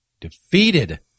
Defeated